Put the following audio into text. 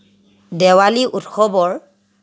দেৱালী উৎসৱৰ